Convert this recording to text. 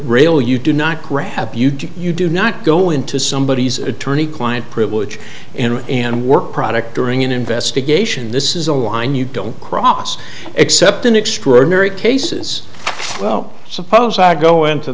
rail you do not grab you do you do not go into somebodies attorney client privilege and and work product during an investigation this is a line you don't cross except in extraordinary cases well suppose i go into